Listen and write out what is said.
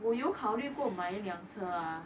我有考虑过买一辆车啊